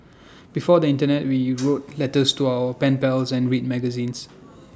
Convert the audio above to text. before the Internet we wrote letters to our pen pals and read magazines